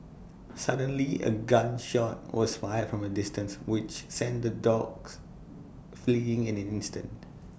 suddenly A gun shot was fired from A distance which sent the dogs fleeing in an instant